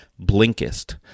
Blinkist